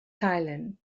thailand